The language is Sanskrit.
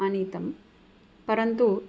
आनीतं परन्तु